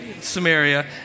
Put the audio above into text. Samaria